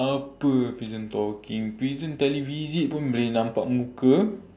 apa prison talking prison televisit pun boleh nampak muka